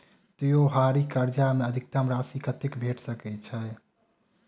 त्योहारी कर्जा मे अधिकतम राशि कत्ते भेट सकय छई?